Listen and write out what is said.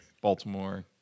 Baltimore